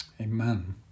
Amen